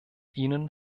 ihnen